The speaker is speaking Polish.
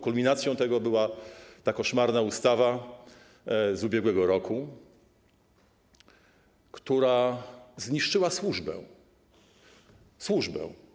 Kulminacją tego była ta koszmarna ustawa z ubiegłego roku, która zniszczyła służbę - służbę.